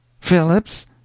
Phillips